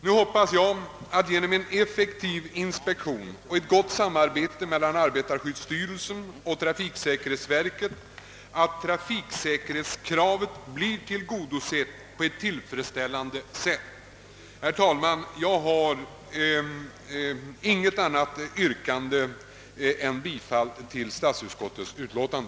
Nu hoppas jag att trafiksäkerhetskravet blir tillgodosett på ett tillfredsställande sätt genom en effektiv inspektion och ett gott samarbete mellan arbetarskyddsstyrelsen och trafiksäkerhetsverket. Herr talman! Jag har intet annat yrkande än bifall till statsutskottets utlåtande.